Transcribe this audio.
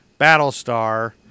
Battlestar